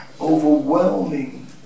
overwhelming